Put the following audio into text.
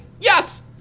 yes